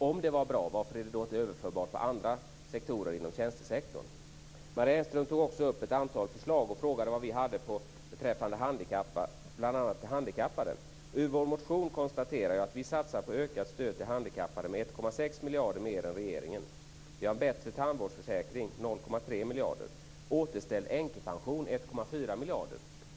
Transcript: Om det var bra, varför är det inte överförbart på andra sektorer inom tjänstesektorn? Marie Engström tog också upp ett antal förslag och frågade vad vi hade beträffande bl.a. handikappade. Ur vår motion konstaterar jag att vi satsar på ökat stöd till handikappade med 1,6 miljarder mer än regeringen. Vi har en bättre tandvårdsförsäkring, 0,3 miljarder. Återställd änkepension, 1,4 miljarder.